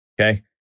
okay